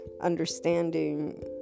understanding